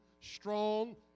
strong